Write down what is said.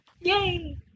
yay